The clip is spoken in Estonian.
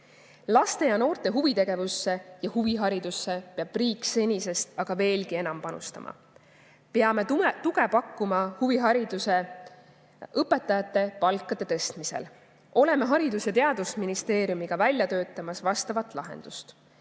Laste ja noorte huvitegevusse ja huviharidusse peab riik senisest aga veelgi enam panustama. Peame tuge pakkuma huvihariduse õpetajate palkade tõstmisel. Oleme Haridus- ja Teadusministeeriumiga välja töötamas vastavat lahendust.